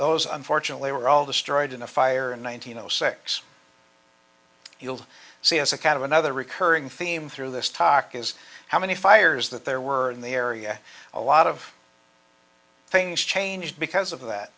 those unfortunately were all destroyed in a fire in one thousand and six you'll see as a kind of another recurring theme through this talk is how many fires that there were in the area a lot of things changed because of that